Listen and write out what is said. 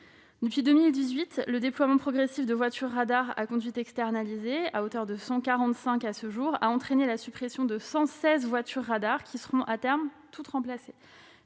Depuis 2018, le déploiement progressif de voitures radars à conduite externalisée, au nombre de 145 à ce jour, a entraîné la suppression de 116 voitures radars, qui seront, à terme, toutes remplacées.